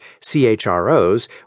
CHROs